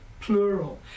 plural